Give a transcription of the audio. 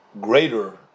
greater